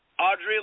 Audrey